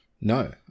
No